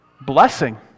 blessing